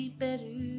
better